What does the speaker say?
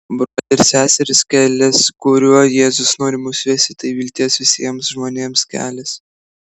broliai ir seserys kelias kuriuo jėzus nori mus vesti tai vilties visiems žmonėms kelias